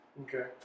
Okay